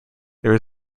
there